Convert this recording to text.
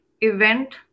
event